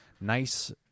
nice